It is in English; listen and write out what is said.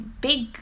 big